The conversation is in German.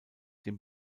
den